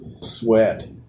sweat